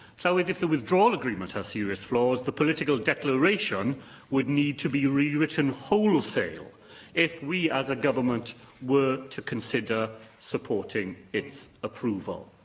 so if the withdrawal agreement has serious flaws, the political declaration would need to be rewritten wholesale if we as a government were to consider supporting its approval.